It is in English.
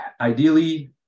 ideally